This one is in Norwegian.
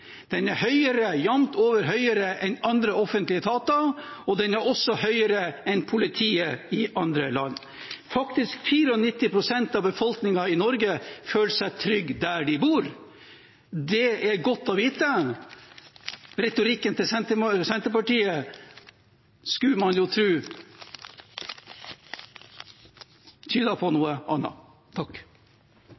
Den er jevnt over høyere enn til andre offentlige etater, også høyere enn til politiet i andre land. Faktisk føler 94 pst. av befolkningen i Norge seg trygge der de bor. Det er godt å vite. Senterpartiets retorikk, skulle man tro, tyder på noe annet. Regjeringsarrogansen er nærmast til